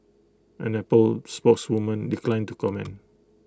an Apple spokeswoman declined to comment